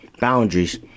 boundaries